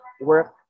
work